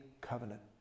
Covenant